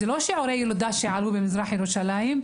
זה לא שיעורי ילודה שעלו במזרח ירושלים.